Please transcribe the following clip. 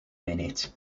minute